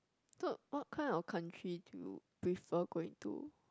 so what kind of country do you prefer going to